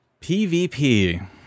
PVP